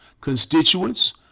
constituents